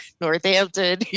Northampton